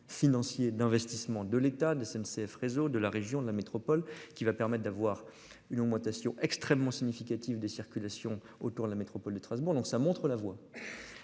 financier d'investissement de l'État de SNCF réseau de la région de la métropole qui va permettent d'avoir une augmentation extrêmement significative des circulations autour de la métropole de Strasbourg. Donc ça montre la voie.